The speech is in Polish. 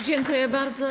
Dziękuję bardzo.